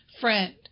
friend